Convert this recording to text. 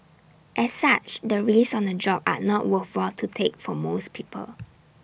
as such the risks on the job are not worthwhile to take for most people